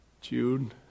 June